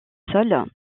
sol